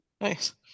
Nice